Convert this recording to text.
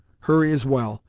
hurry is well,